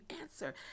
answer